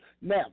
now